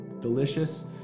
Delicious